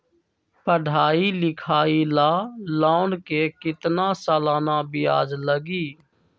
पढाई लिखाई ला लोन के कितना सालाना ब्याज लगी?